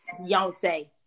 Yonsei